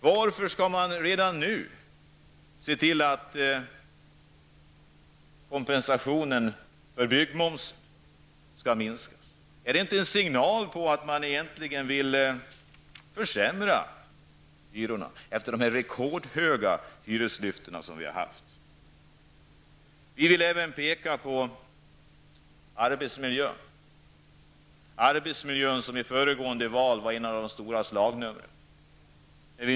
Varför vill man redan nu se till att kompensationen för byggmomsen minskar? Är det inte en signal om att man egentligen vill höja hyrorna ytterligare efter de rekordhöga hyreslyft som människor har fått vidkännas. Vi vill också peka på arbetsmiljön, som i föregående val var en av de stora slagnumren.